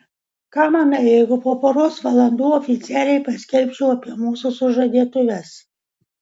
ką manai jeigu po poros valandų oficialiai paskelbčiau apie mūsų sužadėtuves